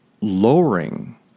lowering